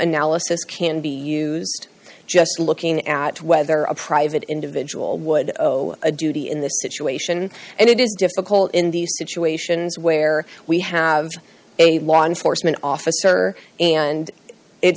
analysis can be used just looking at whether a private individual would go a duty in this situation and it is difficult in these situations where we have a law enforcement officer and it's